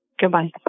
Goodbye